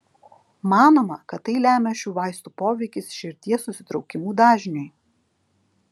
manoma kad tai lemia šių vaistų poveikis širdies susitraukimų dažniui